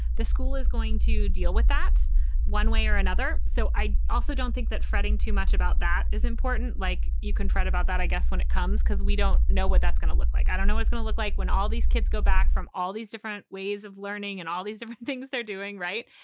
the school is going to deal with that one way or another. so i also don't think that fretting too much about that is important. like you can fret about that, i guess, when it comes, because we don't know what that's going to look like. i don't know what's going to look like when all these kids go back from all these different ways of learning and all these different things they're doing right.